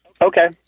Okay